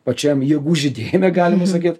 pačiam jėgų žydėjime galima sakyt